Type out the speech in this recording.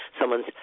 Someone's